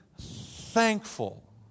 thankful